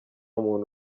muntu